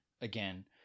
Again